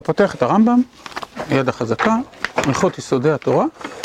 פותח את הרמב״ם ליד החזקה, מלכות יסודי התורה